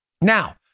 Now